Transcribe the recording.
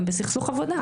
הם בסכסוך עבודה,